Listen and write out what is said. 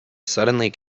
suddenly